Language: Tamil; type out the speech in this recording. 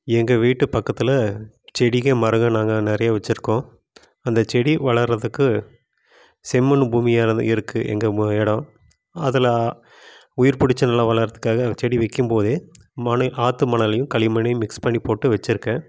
எங்கள் வீட்டு பக்கத்தில் செடிகள் மரங்கள் நாங்கள் நிறையா வச்சுருக்கோம் அந்த செடி வளர்றதுக்கு செம்மண்ணு பூமியானது இருக்குது எங்கள் இடம் அதில் உயிர் பிடிச்சி நல்லா வளர்றதுக்காக செடி வைக்கிம் போதே மண ஆற்று மணலேயும் களிமண்ணையும் மிக்ஸ் பண்ணி போட்டு வச்சுருக்கேன்